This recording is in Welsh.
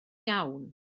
iawn